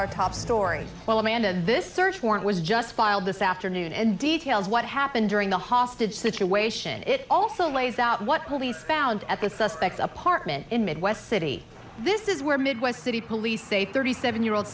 our top story well amanda this search warrant was just filed this afternoon and details what happened during the hostage situation and it also lays out what police found at the suspect apartment in midwest city this is where midwest city police say thirty seven year old